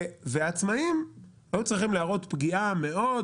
ועצמאים היו צריכים להראות פגיעה מאוד